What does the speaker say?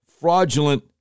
fraudulent